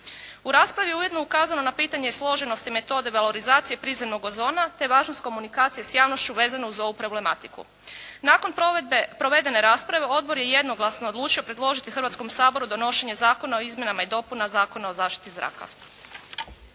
U raspravi je ujedno ukazano na pitanje složenosti metode valorizacije prizemnog ozona te važnost komunikacije s javnošću vezano uz ovu problematiku. Nakon provedene rasprave odbor je jednoglasno odlučio predložiti Hrvatskom saboru donošenje Zakona o izmjenama i dopunama Zakona o zaštiti zraka.